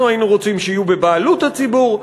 אנחנו היינו רוצים שיהיו בבעלות הציבור.